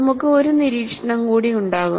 നമുക്ക് ഒരു നിരീക്ഷണം കൂടി ഉണ്ടാകും